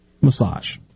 massage